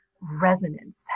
resonance